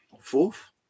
fourth